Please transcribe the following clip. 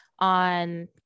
On